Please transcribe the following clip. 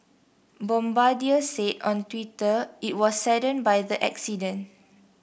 Bombardier said on Twitter it was saddened by the accident